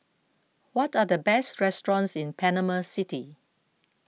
what are the best restaurants in Panama City